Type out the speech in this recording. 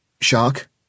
Shark